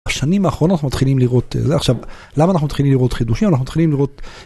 בשנים האחרונות מתחילים לראות זה עכשיו למה אנחנו תחילים לראות חידושים אנחנו מתחילים לראות.